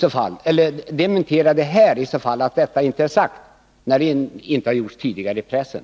Och dementera det här nu, när det inte har gjorts tidigare i pressen!